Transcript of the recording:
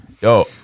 Yo